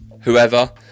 whoever